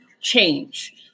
change